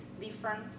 different